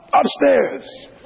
upstairs